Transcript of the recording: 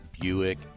Buick